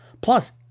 Plus